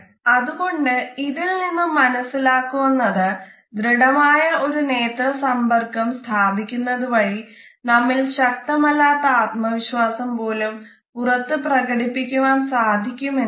അതുകൊണ്ട് ഇതിൽ നിന്നും മനസ്സിലാക്കുന്നത് ദൃഢമായ ഒരു നേത്ര സമ്പർക്കം സ്ഥാപിക്കുന്നത് വഴി നമ്മിൽ ശക്തമല്ലാത്ത ആത്മവിശ്വാസം പോലും പുറത്ത് പ്രകടിപ്പിക്കുവാൻ സാധിക്കും എന്നതാണ്